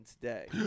today